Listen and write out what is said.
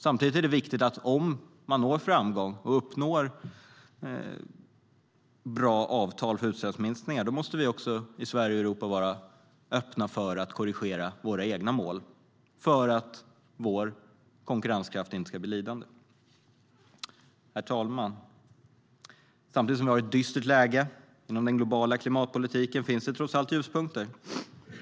Samtidigt är det viktigt att om man når framgång och uppnår bra avtal för utsläppsminskningar måste vi också i Sverige och Europa vara öppna för att korrigera våra egna mål för att vår konkurrenskraft inte ska bli lidande. Herr talman! Samtidigt som vi har ett dystert läge inom den globala klimatpolitiken finns det trots allt ljuspunkter.